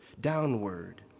downward